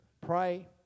pray